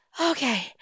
Okay